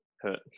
hurt